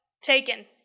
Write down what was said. Taken